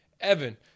Evan